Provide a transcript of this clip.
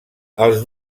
els